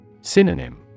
Synonym